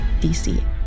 DC